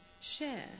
share